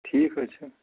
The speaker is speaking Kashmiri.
ٹھیٖک حظ چھُ